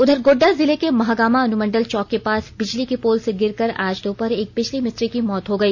उधर गोड्डा जिले के महागामा अनुमंडल चौक के पास बिजली के पोल से गिरकर आज दोपहर एक बिजली मिस्त्री की मौत हो गई